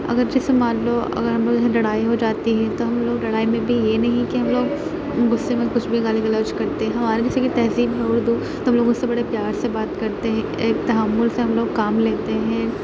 اگر جیسے مان لو اگر ہم لوگ یہاں لڑائی ہو جاتی ہے تو ہم لوگ لڑائی میں بھی یہ نہیں کہ ہم لوگ غصے میں کچھ بھی گالی گلوج کرتے ہیں ہماری جیسے کہ تہذیب ہے اردو تو ہم لوگ اس سے بڑے پیار سے بات کرتے ہیں ایک تحمل سے ہم لوگ کام لیتے ہیں